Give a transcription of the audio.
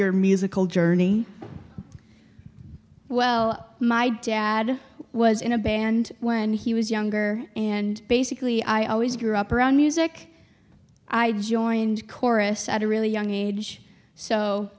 your musical journey well my dad was in a band when he was younger and basically i always grew up around music i joined chorus at a really young age so